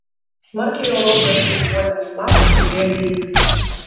smarkiai europoje kritikuotinas planas pradėjo veikti